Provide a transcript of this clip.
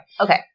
Okay